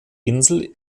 insel